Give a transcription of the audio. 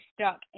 stuck